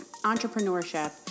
entrepreneurship